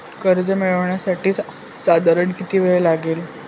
कर्ज मिळविण्यासाठी साधारण किती वेळ लागेल?